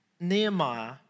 Nehemiah